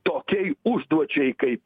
tokiai užduočiai kaip